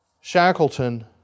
Shackleton